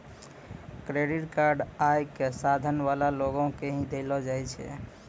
credit card आय क साधन वाला लोगो के ही दयलो जाय छै